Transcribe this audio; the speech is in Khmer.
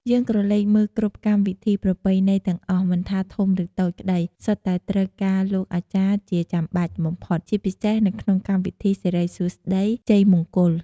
យើងក្រឡេកមើលគ្រប់កម្មវិធីប្រពៃណីទាំងអស់មិនថាធំឬតូចក្តីសុទ្ធតែត្រូវការលោកអាចារ្យជាចាំបាច់បំផុត ជាពិសេសនៅក្នុងកម្មវិធីសិរិសួស្តីជ័យមង្គល។